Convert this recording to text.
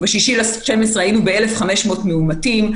ב-6 בדצמבר היינו ב-1,500 מאומתים.